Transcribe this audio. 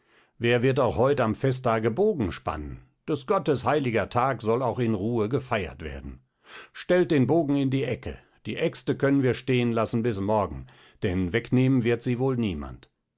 wer wird auch heut am festtage bogen spannen des gottes heiliger tag soll auch in ruhe gefeiert werden stellt den bogen in die ecke die äxte können wir stehen lassen bis morgen denn wegnehmen wird sie wohl niemand